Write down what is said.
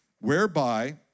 whereby